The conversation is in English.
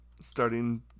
starting